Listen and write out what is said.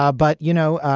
ah but you know,